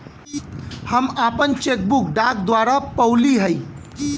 हम आपन cheque book डाक द्वारा पउली है